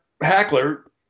Hackler